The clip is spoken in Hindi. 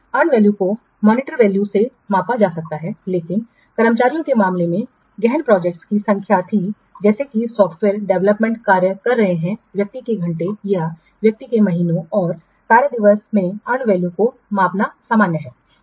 अर्न वैल्यू को मॉनिटर वैल्यूस में मापा जा सकता है लेकिन कर्मचारियों के मामले में गहन प्रोजेक्ट्स की संख्या थी जैसे कि सॉफ्टवेयर डेवलपमेंट कार्य कर रहे हैं व्यक्ति के घंटे या व्यक्ति के महीनों और कार्यदिवस में अर्न वैल्यू को मापना सामान्य है